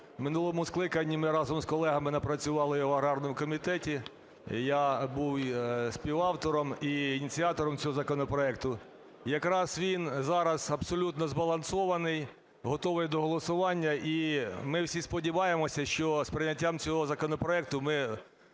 В минулому скликанні ми разом з колегами напрацювали його в аграрному комітеті. Я був співавтором і ініціатором цього законопроекту. Якраз він зараз абсолютно збалансований, готовий до голосування, і ми всі сподіваємося, що з прийняттям цього законопроект ми